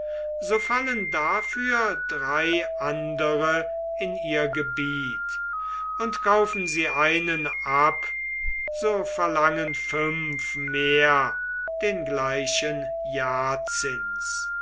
so fallen dafür drei andere in ihr gebiet und kaufen sie einen ab so verlangen fünf mehr den gleichen